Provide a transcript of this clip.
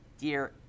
Dear